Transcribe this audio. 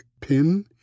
Pin